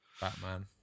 Batman